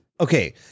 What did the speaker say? okay